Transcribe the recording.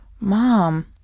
Mom